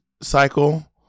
cycle